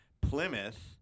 Plymouth